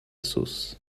saulce